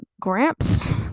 gramps